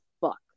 fuck